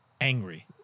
angry